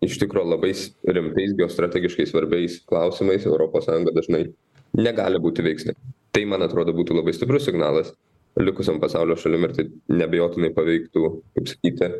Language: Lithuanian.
iš tikro labais rimtais geostrategiškai svarbiais klausimais europos sąjunga dažnai negali būti veiksni tai man atrodo būtų labai stiprus signalas likusiom pasaulio šalim ir tai neabejotinai paveiktų kaip sakyti